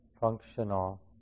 functional